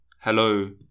hello